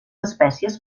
espècies